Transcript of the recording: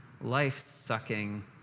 life-sucking